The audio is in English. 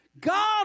God